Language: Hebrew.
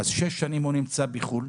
שש שנים הוא נמצא בחוץ לארץ.